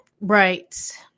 Right